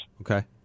Okay